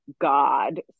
God